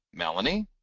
melanie